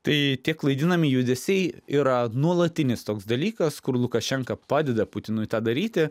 tai tie klaidinami judesiai yra nuolatinis toks dalykas kur lukašenka padeda putinui tą daryti